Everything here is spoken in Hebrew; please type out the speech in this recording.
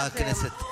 חברת הכנסת.